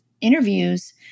interviews